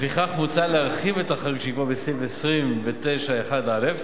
לפיכך, מוצע להרחיב את החריג שנקבע בסעיף 29(1א)